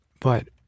But